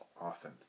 often